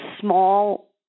small